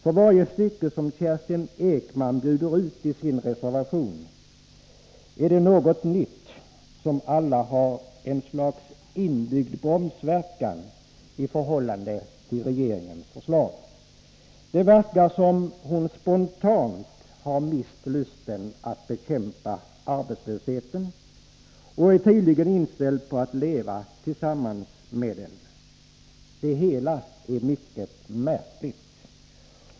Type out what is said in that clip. I varje stycke som Kerstin Ekman bjuder ut i sin reservation är det någonting nytt som har ett slags inbyggd bromsverkan i förhållande till regeringens förslag. Det verkar som Kerstin Ekman spontant har mist lusten att bekämpa arbetslösheten. Hon är tydligen inställd på att leva med en stor arbetslöshet. Det hela är mycket märkligt.